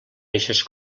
eixes